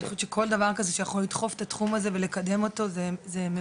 אני חושבת שכל דבר כזה יכול לדחוף את התחום הזה ולקדם אותו וזה מבורך.